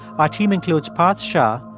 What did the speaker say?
our team includes parth shah,